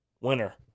winner